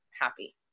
happy